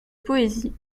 poésie